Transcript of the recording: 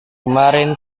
kemarin